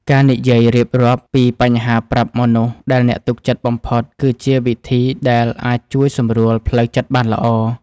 ការនិយាយរៀបរាប់ពីបញ្ហាប្រាប់មនុស្សដែលអ្នកទុកចិត្តបំផុត គឺជាវិធីដែលអាចជួយសម្រួលផ្លូវចិត្តបានល្អ។